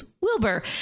wilbur